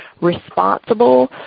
responsible